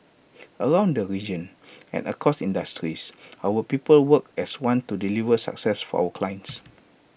around the region and across industries our people work as one to deliver success for our clients